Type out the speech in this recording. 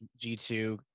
G2